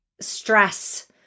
stress